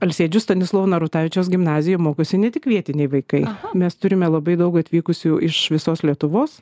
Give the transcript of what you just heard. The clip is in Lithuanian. alsėdžių stanislovo narutavičiaus gimnazijoj mokosi ne tik vietiniai vaikai mes turime labai daug atvykusiųjų iš visos lietuvos